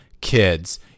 Kids